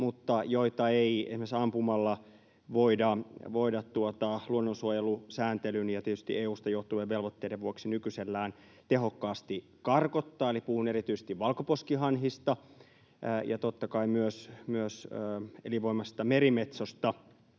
mutta joita ei esimerkiksi ampumalla voida luonnonsuojelusääntelyn ja tietysti EU:sta johtuvien velvoitteiden vuoksi nykyisellään tehokkaasti karkottaa, eli puhun erityisesti valkoposkihanhista ja totta kai myös elinvoimaisesta merimetsosta.